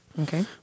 Okay